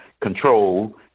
control